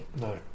No